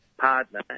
partner